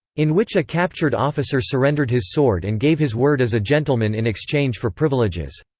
in which a captured officer surrendered his sword and gave his word as a gentleman in exchange for privileges.